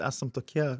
esam tokie